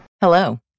Hello